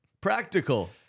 Practical